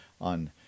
on